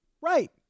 Right